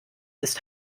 ist